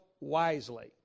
wisely